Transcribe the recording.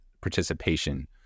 participation